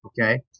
Okay